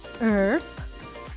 Earth